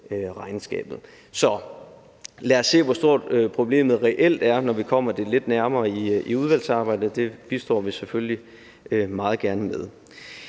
regnskabet. Så lad os se, hvor stort problemet reelt er, når vi kommer det lidt nærmere i udvalgsarbejdet. Det bistår vi selvfølgelig meget gerne med.